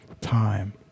time